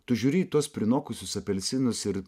tu žiūri į tuos prinokusius apelsinus ir